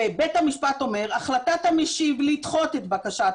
ובית המשפט אומר ש"החלטת המשיב לדחות את בקשת